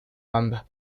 banda